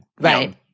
Right